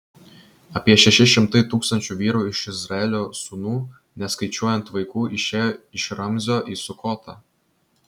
apie šeši šimtai tūkstančių vyrų iš izraelio sūnų neskaičiuojant vaikų išėjo iš ramzio į sukotą